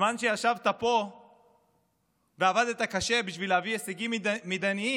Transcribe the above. בזמן שישבת פה ועבדת קשה בשביל להביא הישגים מדיניים,